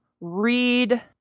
read